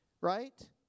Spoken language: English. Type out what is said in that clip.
right